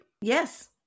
Yes